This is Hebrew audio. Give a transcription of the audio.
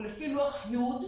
הוא לפי לוח י'